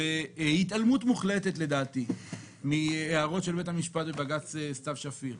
והתעלמות מוחלטת לדעתי מהערות של בית המשפט בבג"ץ סתיו שפיר,